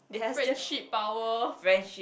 friendship power